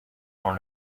dans